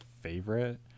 favorite